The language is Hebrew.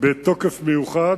בתוקף מיוחד,